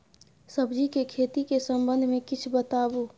सब्जी के खेती के संबंध मे किछ बताबू?